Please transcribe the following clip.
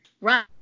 right